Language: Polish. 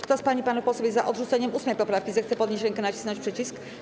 Kto z pań i panów posłów jest za odrzuceniem 8. poprawki, zechce podnieść rękę i nacisnąć przycisk.